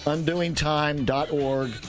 Undoingtime.org